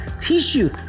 tissue